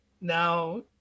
now